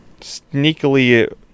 sneakily